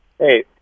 Hey